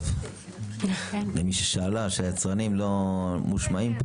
למי ששאלה שהיצרנים לא מושמים פה